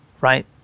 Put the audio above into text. Right